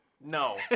No